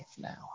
Now